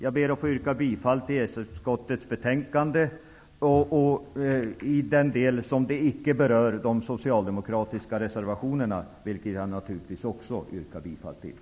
Jag ber att få yrka bifall till EES utskottets hemställan i de delar som icke berör de socialdemokratiska reservationerna, vilka jag naturligtvis också yrkar bifall till.